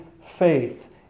Faith